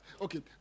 okay